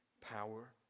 power